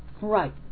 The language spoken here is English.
Right